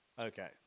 okay